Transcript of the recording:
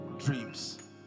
dreams